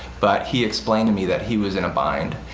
but he explained to me that he was in a bind,